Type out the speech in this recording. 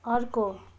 अर्को